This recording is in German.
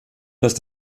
dass